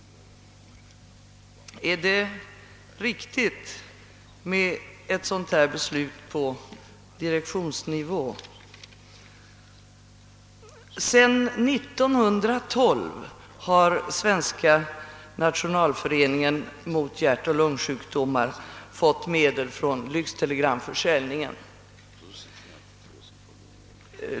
Är det riktigt att ett sådant här beslut fattas på direktionsnivå? Sedan 1912 har Svenska nationalföreningen mot hjärtoch lungsjukdomar fått medel från lyxtelegramförsäljningen.